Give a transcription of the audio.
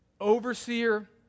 overseer